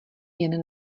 jen